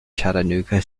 chattanooga